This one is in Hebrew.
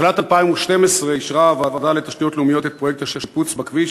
בתחילת 2012 אישרה הוועדה לתשתיות לאומית את פרויקט השיפוץ בכביש,